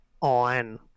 on